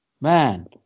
man